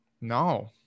No